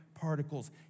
particles